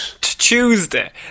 Tuesday